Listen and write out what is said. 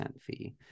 fee